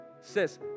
says